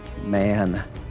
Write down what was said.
Man